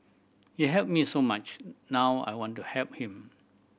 he helped me so much now I want to help him